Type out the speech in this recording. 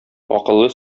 акыллы